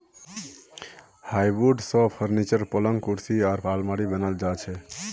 hardwood स furniture, पलंग कुर्सी आर आलमारी बनाल जा छेक